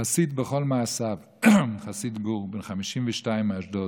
חסיד בכל מעשיו, חסיד גור בן 52 מאשדוד,